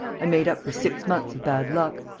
i made up for six months of bad luck,